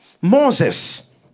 moses